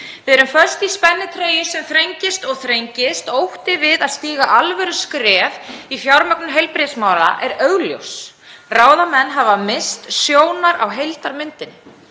Við erum föst í spennitreyju sem þrengist og þrengist. Ótti við að stíga alvöruskref í fjármögnun heilbrigðismála er augljós. Ráðamenn hafa misst sjónar á heildarmyndinni.